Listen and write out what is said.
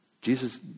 Jesus